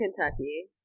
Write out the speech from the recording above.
Kentucky